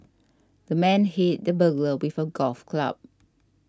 the man hit the burglar with a golf club